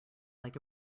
like